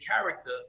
character